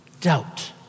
doubt